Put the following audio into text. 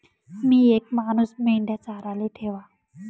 मी येक मानूस मेंढया चाराले ठेवा